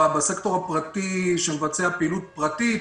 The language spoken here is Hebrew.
בסקטור הפרטי שמבצע פעילות פרטית,